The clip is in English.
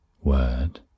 word